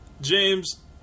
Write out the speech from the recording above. James